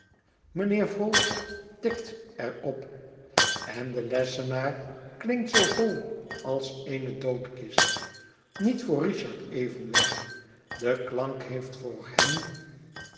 mijnheer vholes tikt er op en de lessenaar klinkt zoo hol als eene doodkist niet voor richard evenwel de klank heeft voor hem